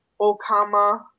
okama